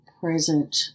present